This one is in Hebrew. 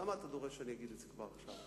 למה אתה דורש שאני אגיד את זה כבר עכשיו?